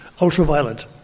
ultraviolet